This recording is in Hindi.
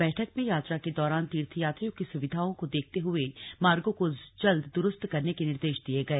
बैठक में यात्रा के दौरान तीर्थयात्रियों की सुविधाओं को देखते हए मार्गों को जल्द दुरुस्त करने के निर्देश दिए गए